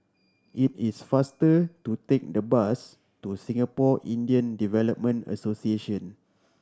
it is faster to take the bus to Singapore Indian Development Association